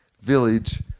village